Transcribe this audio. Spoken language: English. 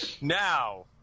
Now